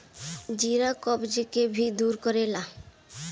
जीरा कब्ज के भी दूर करेला